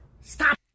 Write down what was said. Stop